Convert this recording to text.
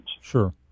Sure